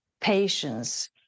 patience